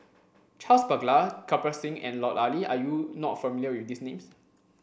Charles Paglar Kirpal Singh and Lut Ali are you not familiar with these names